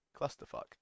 clusterfuck